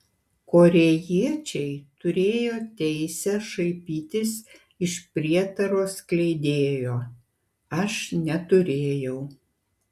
korėjiečiai turėjo teisę šaipytis iš prietaro skleidėjo aš neturėjau